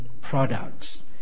products